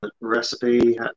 recipe